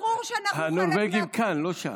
ברור שאנחנו חלק מהקואליציה, הנורבגים כאן, לא שם.